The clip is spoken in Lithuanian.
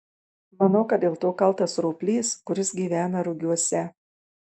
manau kad dėl to kaltas roplys kuris gyvena rugiuose